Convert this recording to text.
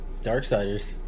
Darksiders